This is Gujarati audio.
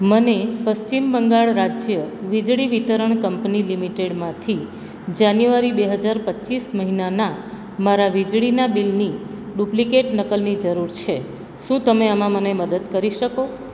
મને પશ્ચિમ બંગાળ રાજ્ય વીજળી વિતરણ કંપની લિમિટેડમાંથી જાન્યુઆરી બે હજાર પચીસ મહિનાના મારા વીજળીના બિલની ડુપ્લિકેટ નકલની જરૂર છે શું તમે આમાં મને મદદ કરી શકો